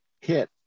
hit